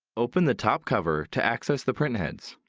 open the top cover to access the printheads.